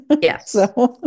Yes